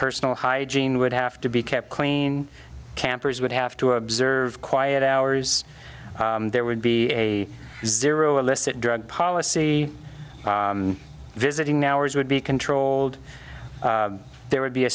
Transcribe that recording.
personal hygiene would have to be kept clean campers would have to observe quiet hours there would be a zero illicit drug policy visiting hours would be controlled there would be a